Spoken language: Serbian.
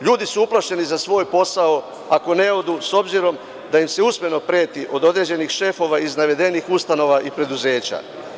Ljudi su uplašeni za svoj posao ako ne odu s obzirom da im se usmeno preti od određenih šefova iz navedenih ustanova i preduzeća.